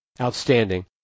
Outstanding